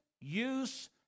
use